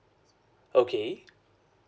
okay